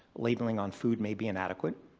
labeling on food may be inadequate.